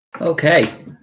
okay